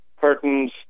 curtains